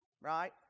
Right